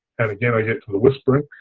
and again i get to the whispering.